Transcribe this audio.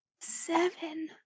Seven